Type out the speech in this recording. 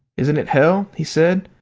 isn't it hell, he said.